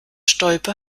stolpe